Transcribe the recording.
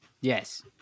Yes